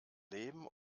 leben